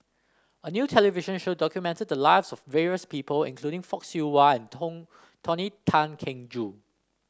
a new television show documented the lives of various people including Fock Siew Wah and Tong Tony Tan Keng Joo